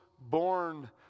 born